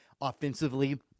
offensively